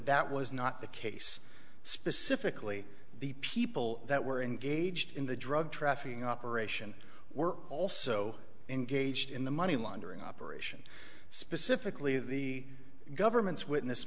that was not the case specifically the people that were engaged in the drug trafficking operation were also engaged in the money laundering operation specifically the government's witness